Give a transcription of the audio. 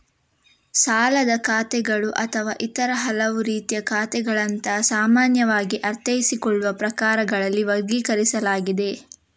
ಸಾಲದ ಖಾತೆಗಳು ಅಥವಾ ಇತರ ಹಲವು ರೀತಿಯ ಖಾತೆಗಳಂತಹ ಸಾಮಾನ್ಯವಾಗಿ ಅರ್ಥೈಸಿಕೊಳ್ಳುವ ಪ್ರಕಾರಗಳಲ್ಲಿ ವರ್ಗೀಕರಿಸಲಾಗಿದೆ